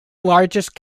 largest